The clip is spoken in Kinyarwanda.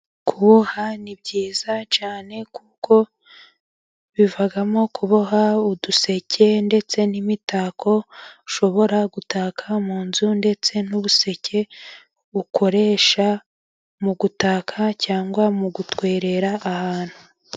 Kuboha ni byiza cyane, kuko bivamo kuboha uduseke ndetse n'imitako, ushobora gutaka mu nzu, ndetse n'ubuseke bukoresha mu gutaka cyangwa mu gutwerera ahantu.